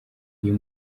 uyu